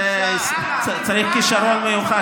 לזה צריך כישרון מיוחד,